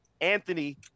Anthony